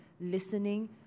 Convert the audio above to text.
listening